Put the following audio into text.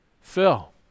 Phil